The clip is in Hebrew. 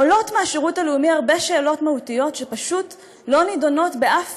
עולות בשירות הלאומי הרבה שאלות מהותיות שפשוט לא נדונות באף פורום,